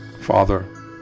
Father